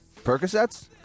Percocets